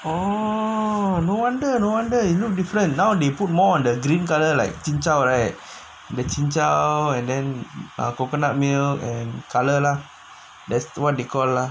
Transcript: oh no wonder no wonder you look different now they put more on the green colour like jin chao writes the chin chow and then err coconut meal and colour lah that's what they call lah